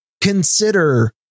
consider